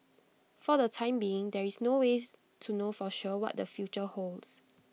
for the time being there is no way to know for sure what their future holds